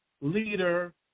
leader